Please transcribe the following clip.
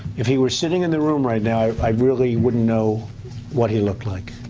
if he were sitting in the room right now, i really wouldn't know what he looked like